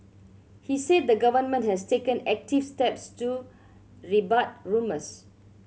he said the Government has taken active steps to rebut rumours